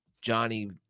Johnny